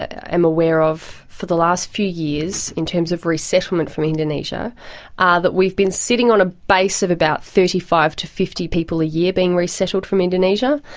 am aware of for the last few years in terms of resettlement from indonesia are that we've been sitting on a base of about thirty five to fifty people a year being resettled from indonesia.